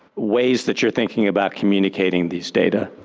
ways that you're thinking about communicating these data.